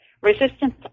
resistance